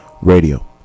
Radio